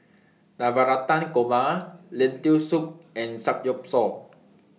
Navratan Korma Lentil Soup and Samgyeopsal